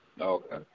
okay